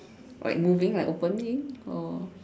like moving like opening or